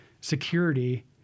security